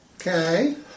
Okay